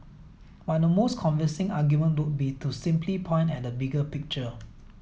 but the most convincing argument would be to simply point at the bigger picture